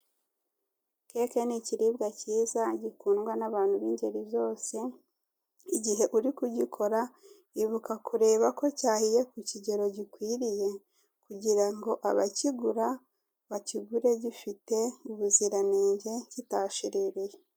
Keke ni ikiribwa kiza gihundwa n'ingeri zose igihe uri kuyikora ibuka kureba ko cyahiye ku kigero gikwiriye, kugira ngo abakigura bakigure gifite ubuziranenge kitashiririye.